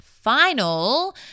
final